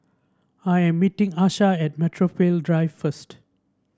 I'm meeting Asha at Metropole Drive first